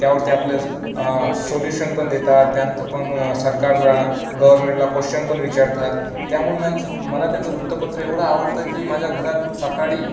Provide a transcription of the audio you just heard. त्यावरती आपलं सोल्यूशन पण देतात त्यानंतर पण सरकारला गव्हर्मेंटला क्श्चन पण विचारतात त्यामुळे म मला त्यांचं वृत्तपत्र एवढं आवडतं की माझ्या घरात सकाळी